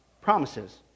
promises